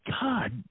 God